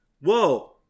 Whoa